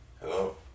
Hello